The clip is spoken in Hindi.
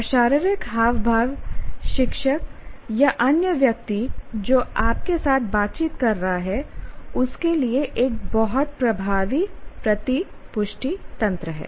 और शारीरिक हाव भाव शिक्षक या अन्य व्यक्ति जो आपके साथ बातचीत कर रहा है उसके लिए एक बहुत प्रभावी प्रतिपुष्टि तंत्र है